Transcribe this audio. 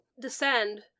descend